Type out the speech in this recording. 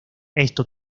esto